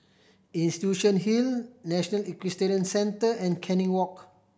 Institution Hill National Equestrian Centre and Canning Walk